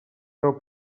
veu